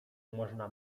można